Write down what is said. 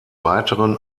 weiteren